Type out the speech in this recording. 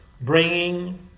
bringing